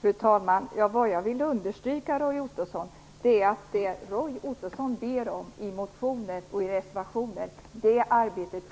Fru talman! Vad jag vill understryka är att det arbete som Roy Ottosson ber om i motionen och i reservationen redan